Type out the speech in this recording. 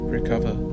Recover